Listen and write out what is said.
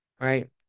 Right